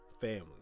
family